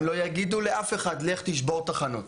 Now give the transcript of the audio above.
הם לא יגידו לאף אחד, לך תשבור את החנות.